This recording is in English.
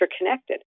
interconnected